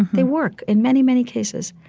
they work in many, many cases.